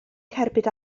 cerbyd